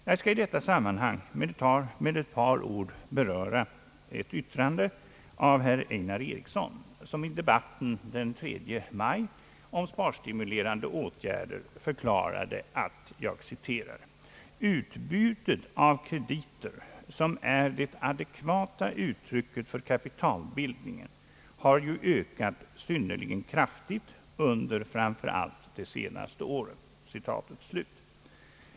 Jag skall i detta sammanhang med ett par ord beröra ett yttrande av herr Einar Eriksson, som i debatten den 3 maj om sparstimulerande åtgärder förklarade att »utbudet av krediter som är det adekvata uttrycket för kapitalbildningen ökat synnerligen kraftigt under framför allt de senaste åren».